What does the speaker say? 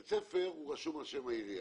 בית ספר הוא רשום על שם העירייה,